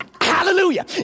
hallelujah